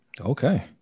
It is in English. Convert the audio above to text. Okay